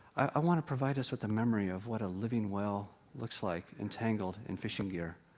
i want to provide us with the memory of what a living whale looks like, entangled in fishing gear.